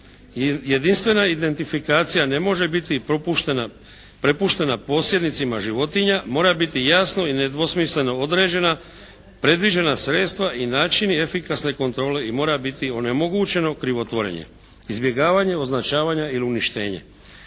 Jedinstvena identifikacija ne može biti prepuštena posjednicima životinja, mora biti jasno i nedvosmisleno određena, predviđena sredstva i načini efikasne kontrole i mora biti onemogućeno krivotvorenje, izbjegavanje označavanja ili uništenje